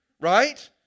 Right